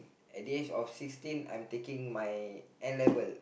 at the age of sixteen I taking my N-level